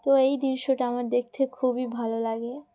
তো এই দৃশ্যটা আমার দেখতে খুবই ভালো লাগে